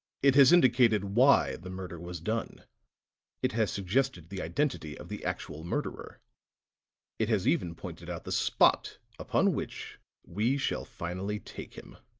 it has indicated why the murder was done it has suggested the identity of the actual murderer it has even pointed out the spot upon which we shall finally take him.